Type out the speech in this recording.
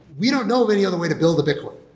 we don't know of any other way to build a bitcoin.